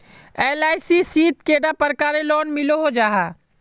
LIC शित कैडा प्रकारेर लोन मिलोहो जाहा?